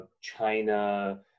China